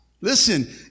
listen